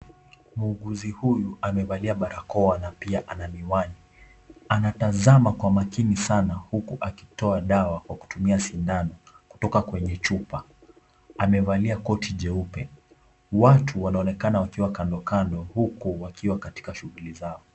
Muuguzi huyu amevaa barakoa pia ana miwani anatazama kwa makini sana huku akitoa dawa kwa kutumia sindano kutoka kwenye chupa. Amevalia koti jeupe watu wanaonekana wakiwa kando kando huku wakiwa katika shughuli zao.